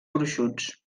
gruixuts